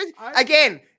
Again